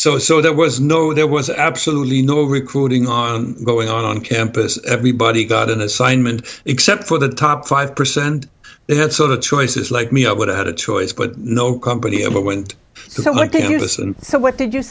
so so there was no there was absolutely no recruiting on going on on campus everybody got an assignment except for the top five percent they had sort of choices like me i would have had a choice but no company ever went